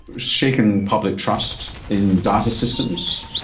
shaken public trust in data systems.